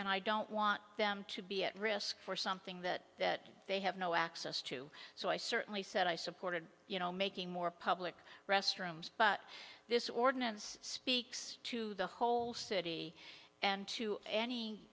and i don't want them to be at risk for something that they have no access to so i certainly said i supported you know making more public restrooms but this ordinance speaks to the whole city and to any